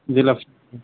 जेला